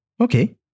okay